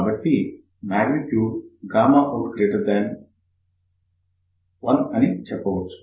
కాబట్టి magnitude out1 అని చెప్పవచ్చు